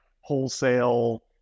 wholesale